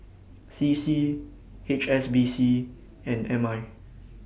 C C H S B C and M I